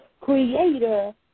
Creator